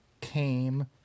came